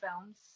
films